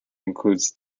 includes